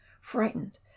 frightened